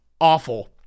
awful